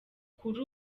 kuri